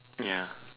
ya